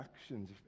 actions